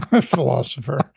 philosopher